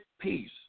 peace